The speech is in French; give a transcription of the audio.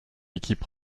équipe